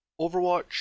Overwatch